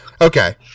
Okay